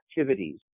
activities